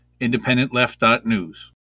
independentleft.news